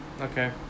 okay